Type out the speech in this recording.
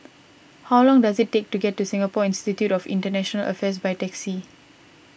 how long does it take to get to Singapore Institute of International Affairs by taxi